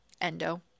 endo